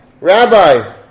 Rabbi